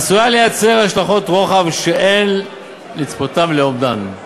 עשויה לייצר השלכות רוחב שאין לצפותן ולאומדן.